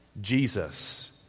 Jesus